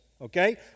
Okay